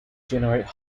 generate